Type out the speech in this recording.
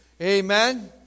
Amen